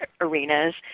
arenas